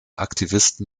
aktivisten